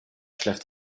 schläft